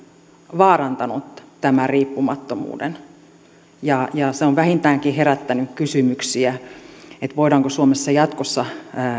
vaarantanut tämän riippumattomuuden ja se on vähintäänkin herättänyt kysymyksiä siitä voidaanko suomessa jatkossa